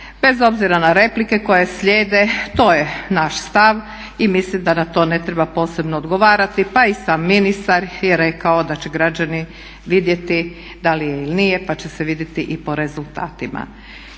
Bez obzira na replike koje slijede to je naš stav i mislim da na to ne treba posebno odgovarati. Pa i sam ministar je rekao da će građani vidjeti da li je ili nije pa će se vidjeti i po rezultatima.